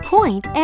Point